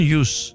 use